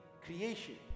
creation